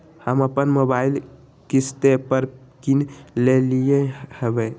हम अप्पन मोबाइल किस्ते पर किन लेलियइ ह्बे